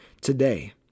today